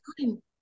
time